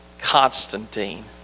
Constantine